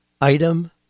item